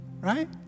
right